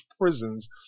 prisons